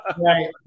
Right